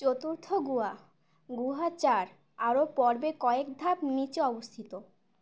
চতুর্থ গুহা গুহা চার আরও পূর্বে কয়েক ধাপ নিচে অবস্থিত